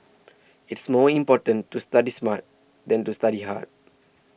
it is more important to study smart than to study hard